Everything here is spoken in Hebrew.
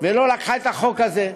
ולא לקחה את החוק הזה ואמרה: